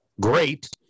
great